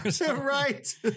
Right